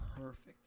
perfect